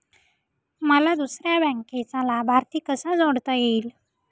मला दुसऱ्या बँकेचा लाभार्थी कसा जोडता येईल?